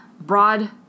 broad